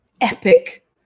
epic